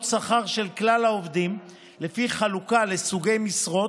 שכר של כלל העובדים לפי חלוקה לסוגי משרות,